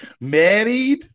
Married